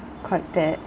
quite bad